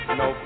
no